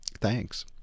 thanks